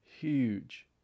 Huge